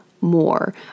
more